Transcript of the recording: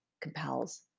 compels